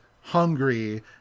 hungry